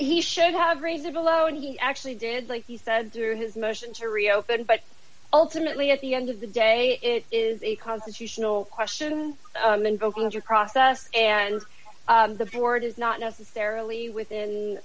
he should have read the below and he actually did like he said through his motion to reopen but ultimately at the end of the day it is a constitutional question invoking due process and the board is not necessarily within